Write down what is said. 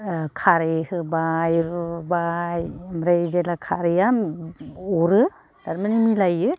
ओह खारै होबाय रुबाय ओमफ्राय जेला खारैआ अरो थारमानि मिलायो